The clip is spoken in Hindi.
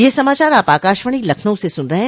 ब्रे क यह समाचार आप आकाशवाणी लखनऊ से सुन रहे हैं